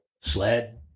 sled